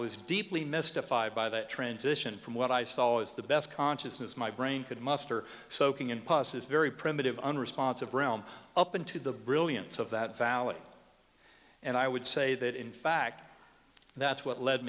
was deeply mystified by that transition from what i saw as the best consciousness my brain could muster soaking in pus is very primitive unresponsive realm up into the brilliance of that valley and i would say that in fact that's what led